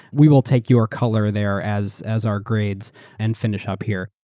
we will take your color there as as our grades and finish up here.